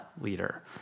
leader